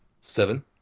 Seven